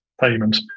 payment